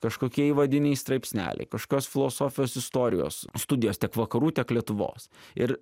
kažkokie įvadiniai straipsneliai kašokios filosofijos istorijos studijos tiek vakarų tiek lietuvos ir